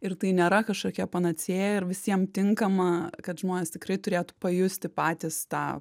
ir tai nėra kažkokia panacėja ir visiem tinkama kad žmonės tikrai turėtų pajusti patys tą